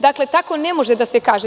Dakle, tako ne može da se kaže.